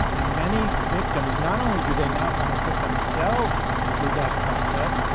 and many victims, not only do they not want to put themselves through that process,